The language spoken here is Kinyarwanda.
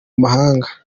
mahanga